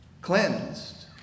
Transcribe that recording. cleansed